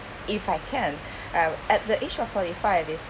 if I can I'll at the age of forty five is